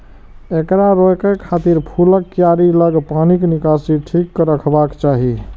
एकरा रोकै खातिर फूलक कियारी लग पानिक निकासी ठीक रखबाक चाही